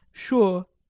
sure.